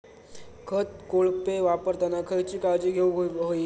खत कोळपे वापरताना खयची काळजी घेऊक व्हयी?